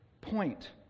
point